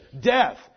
death